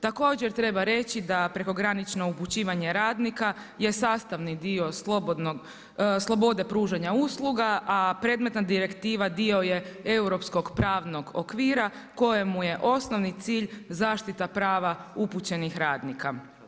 Također treba reći da prekogranično upućivanje radnika je sastavni dio slobode pružanja usluga a predmetna direktiva dio je europskog pravnog okvira kojemu je osnovni cilj zaštita prava upućenih radnika.